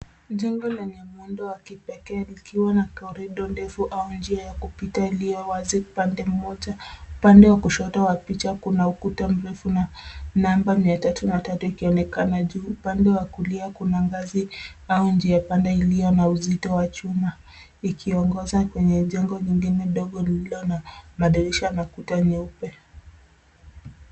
Jengo lenye muundo wa kipekee likiwa na korido ndefu au njia ya kupita iliyo wazi upande mmoja. Upande wa kushoto wa picha kuna ukuta mrefu na namba mia tatu na tatu ikionekana juu. Upande wa kulia kuna ngazi au njia pande iliyo uzito wa chuma ikiongoza kwenye jengo lingine dogo lililo na madirisha na kuta nyeupe.